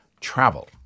travel